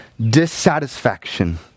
dissatisfaction